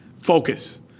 Focus